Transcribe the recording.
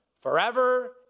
forever